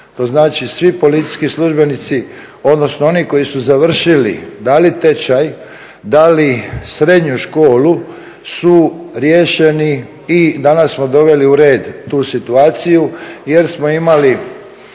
svi policijski službenici odnosno oni koji su završili da li tečaj, da li srednju školu su riješeni i danas smo doveli u red tu situaciju jer smo imali